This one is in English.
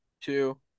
two